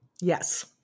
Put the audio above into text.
yes